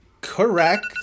Correct